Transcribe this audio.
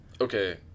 Okay